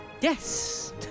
Yes